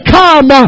come